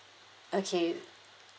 okay